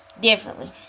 differently